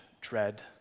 dread